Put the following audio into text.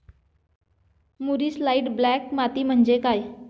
मूरिश light black माती म्हणजे काय?